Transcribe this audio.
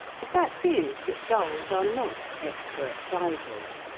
the fact is that gulls are not expert divers.